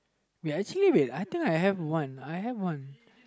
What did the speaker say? wait actually wait I think I have one I have one